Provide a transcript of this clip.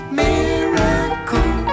miracle